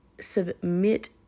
submit